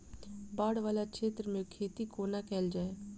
बाढ़ वला क्षेत्र मे खेती कोना कैल जाय?